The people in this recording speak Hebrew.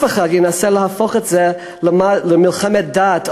שאף אחד לא ינסה להפוך את זה למלחמת דת,